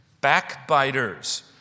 Backbiters